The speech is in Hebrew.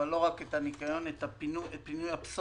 אבל לא רק את הניקיון אלא את פינוי הפסולת